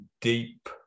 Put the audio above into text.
deep